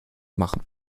machen